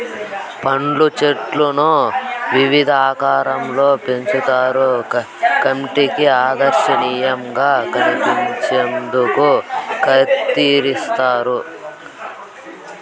పండ్ల చెట్లను వివిధ ఆకారాలలో పెంచుతారు కంటికి ఆకర్శనీయంగా కనిపించేందుకు కత్తిరిస్తారు